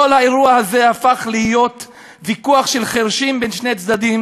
כל האירוע הזה הפך להיות ויכוח של חירשים בין שני צדדים